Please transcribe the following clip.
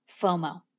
FOMO